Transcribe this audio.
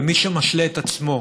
מי שמשלה את עצמו